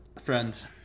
Friends